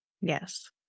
Yes